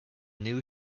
new